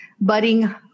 budding